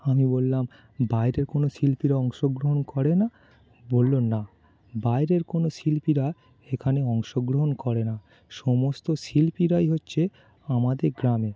আমি বললাম বাইরের কোনো শিল্পীরা অংশগ্রহণ করে না বলল না বাইরের কোনো শিল্পীরা এখানে অংশগ্রহণ করে না সমস্ত শিল্পীরাই হচ্ছে আমাদের গ্রামের